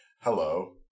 Hello